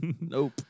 Nope